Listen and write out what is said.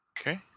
Okay